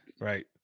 Right